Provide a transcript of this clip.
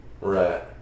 Right